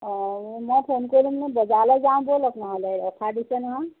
অ' মই ফোন কৰিলো মানে বজাৰলৈ যাওঁ ব'লক নহ'লে অফাৰ দিছে নহয়